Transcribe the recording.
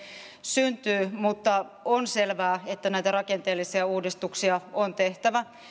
syntyy mutta on selvää että näitä rakenteellisia uudistuksia on tehtävä